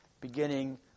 beginning